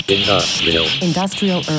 Industrial